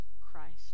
Christ